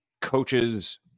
coaches